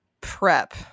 prep